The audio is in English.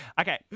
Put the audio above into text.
Okay